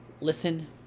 listen